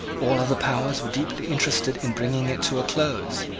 all other powers were deeply interested in bringing it to a close.